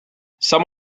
some